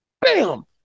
bam